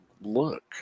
look